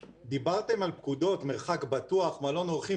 דיברתם על פקודות, מרחק בטוח, מלון אורחים.